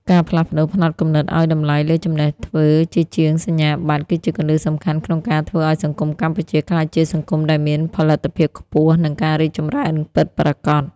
ការផ្លាស់ប្តូរផ្នត់គំនិតឱ្យតម្លៃលើចំណេះធ្វើ ជាជាងសញ្ញាបត្រ គឺជាគន្លឹះសំខាន់ក្នុងការធ្វើឱ្យសង្គមកម្ពុជាក្លាយជាសង្គមដែលមានផលិតភាពខ្ពស់ និងការរីកចម្រើនពិតប្រាកដ។